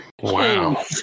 Wow